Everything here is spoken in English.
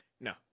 No